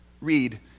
read